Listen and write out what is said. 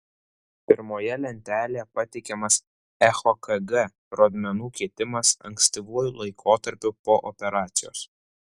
pirmoje lentelėje pateikiamas echokg rodmenų kitimas ankstyvuoju laikotarpiu po operacijos